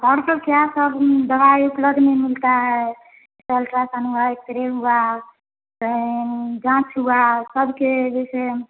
और सब क्या सब दवाई उपलध में मिलता है अल्ट्रासाउन हुआ एक्सरे हुआ जाँच हुआ सब के जैसे